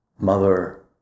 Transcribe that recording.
mother